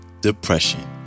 depression